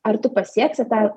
ar tu pasieksi tą